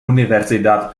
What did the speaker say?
universidad